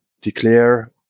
declare